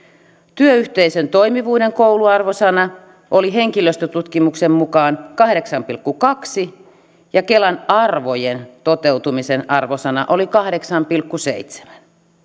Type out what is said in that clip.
työyhteisön toimivuuden kouluarvosana oli henkilöstötutkimuksen mukaan kahdeksan pilkku kaksi ja kelan arvojen toteutumisen arvosana oli kahdeksan pilkku seitsemän